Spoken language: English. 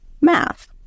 math